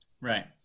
right